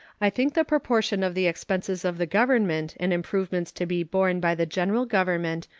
i think the proportion of the expenses of the government and improvements to be borne by the general government,